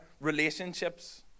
relationships